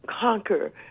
conquer